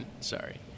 Sorry